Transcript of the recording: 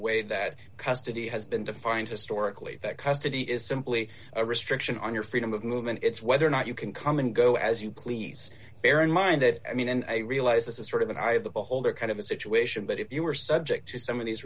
way that custody has been defined historically that custody is simply a restriction on your freedom of movement it's whether or not you can come and go as you please bear in mind that i mean and i realize this is sort of an eye of the holder kind of a situation but if you were subject to some of these